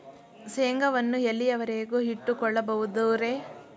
ಶೇಂಗಾವನ್ನು ಎಲ್ಲಿಯವರೆಗೂ ಇಟ್ಟು ಕೊಳ್ಳಬಹುದು ರೇ?